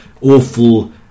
awful